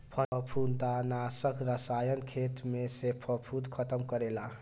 फंफूदनाशक रसायन खेत में से फंफूद खतम करेला